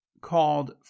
called